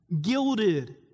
gilded